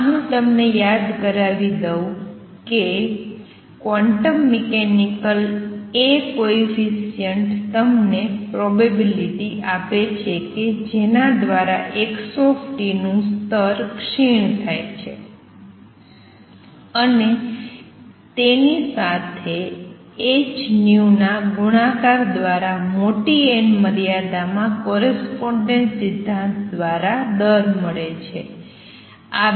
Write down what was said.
આ હું તમને યાદ કરાવી દવ કે ક્વોન્ટમ મિકેનિકલ A કોએફિસિએંટ તમને પ્રોબેબિલિટી આપે છે કે જેના દ્વારા x નું સ્તર ક્ષીણ થાય છે અને તેની સાથે hv ના ગુણાકાર દ્વારા મોટી n મર્યાદામાં કોરસ્પોંડેન્સ સિદ્ધાંત દ્વારા દર મળે છે